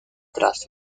tras